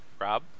Rob